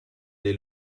dei